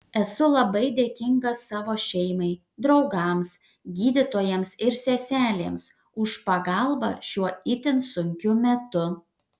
esu labai dėkinga savo šeimai draugams gydytojams ir seselėms už pagalbą šiuo itin sunkiu metu